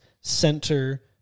center